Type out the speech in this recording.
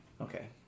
Okay